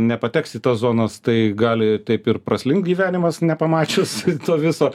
nepateks į tas zonas tai gali taip ir praslinkt gyvenimas nepamačius to viso